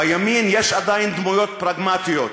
בימין יש עדיין דמויות פרגמטיות,